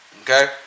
okay